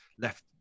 left